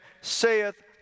saith